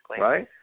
Right